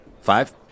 Five